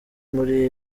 muri